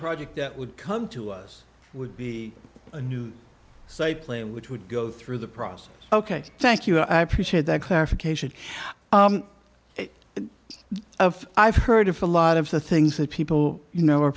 project that would come to us would be a new say play which would go through the process ok thank you i appreciate that clarification of i've heard of a lot of the things that people you know are